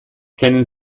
kennen